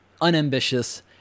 unambitious